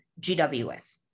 GWS